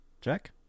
Check